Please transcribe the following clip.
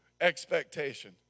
expectation